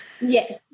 Yes